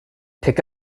pick